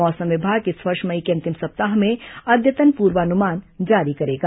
मौसम विभाग इस वर्ष मई के अंतिम सप्ताह में अद्यतन पूर्वानुमान जारी करेगा